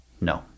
No